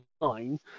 line